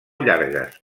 llargues